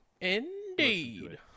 Indeed